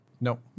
No